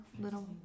little